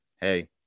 hey